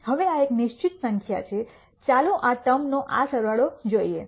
હવે આ એક નિશ્ચિત સંખ્યા છે ચાલો આ ટર્મ નો આ સરવાળો જોઈએ